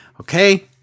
Okay